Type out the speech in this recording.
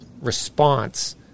response